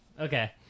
okay